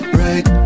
right